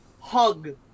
hug